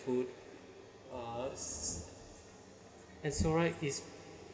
food and so right it's